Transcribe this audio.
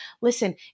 listen